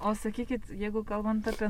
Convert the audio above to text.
o sakykit jeigu kalbant apie